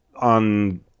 on